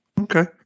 Okay